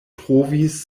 trovis